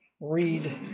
read